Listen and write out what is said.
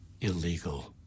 illegal